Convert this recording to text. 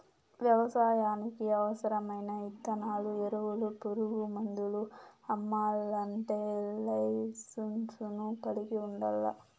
వ్యవసాయానికి అవసరమైన ఇత్తనాలు, ఎరువులు, పురుగు మందులు అమ్మల్లంటే లైసెన్సును కలిగి ఉండల్లా